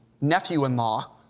nephew-in-law